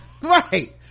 right